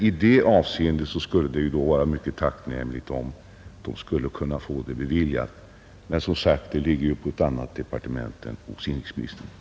För att kunna skapa ett bättre sysselsättningsläge skulle det vara mycket tacknämligt om de kunde få dessa beviljade. Men, som sagt, det ligger ju på ett annat departement än hos inrikesministern.